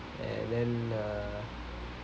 and then uh